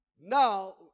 Now